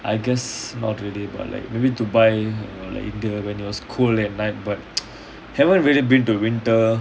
I guess not really but like maybe dubai you know india when it was cold at night but haven't really been to winter